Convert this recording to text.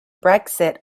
brexit